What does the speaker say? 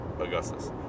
Augustus